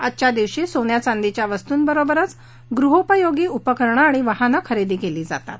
आजच्या दिवशी सोन्या चांदीच्या वस्तूंबरोबरच गृहोपयोगी उपकरणं आणि वाहनंही खरेदी केली जातात